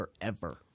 forever